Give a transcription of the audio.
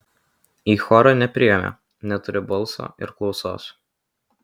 į chorą nepriėmė neturiu balso ir klausos